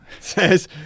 says